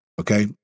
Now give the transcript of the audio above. Okay